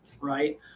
Right